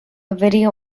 video